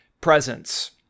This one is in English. presence